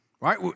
right